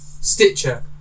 stitcher